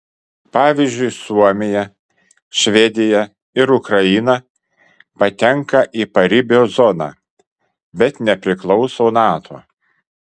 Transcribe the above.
pavyzdžiui suomija švedija ir ukraina patenka į paribio zoną bet nepriklauso nato